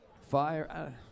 fire